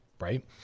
right